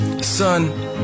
Son